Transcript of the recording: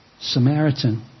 Samaritan